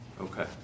Okay